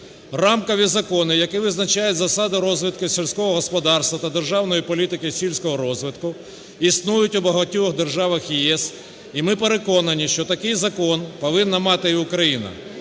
Рамкові закони, які визначають засади розвитку сільського господарства та державної політики сільського розвитку існують у багатьох державах ЄС, і ми переконані, що такий закон повинна мати і Україна.